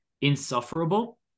insufferable